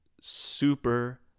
super